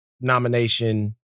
nomination